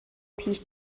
پیش